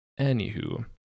anywho